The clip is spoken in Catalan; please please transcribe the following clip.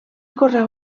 correu